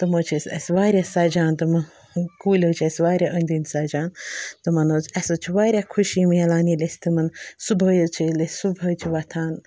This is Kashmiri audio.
تِم حظ چھِ اَسہِ اَسہِ واریاہ سَجھان تِمہٕ کُلۍ حظ چھِ اَسہِ واریاہ أنٛدۍ أنٛدۍ سَجھان تِمَن حظ چھِ اَسہِ حظ چھِ واریاہ خوٚشی مِلان ییٚلہِ أسۍ تِمَن صُبحٲے چھِ ییٚلہِ أسۍ صُبحٲے چھِ وَتھان